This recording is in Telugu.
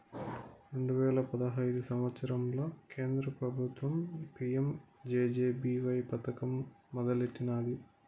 రెండు వేల పదహైదు సంవత్సరంల కేంద్ర పెబుత్వం పీ.యం జె.జె.బీ.వై పదకం మొదలెట్టినాది